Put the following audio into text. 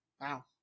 Wow